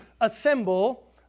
assemble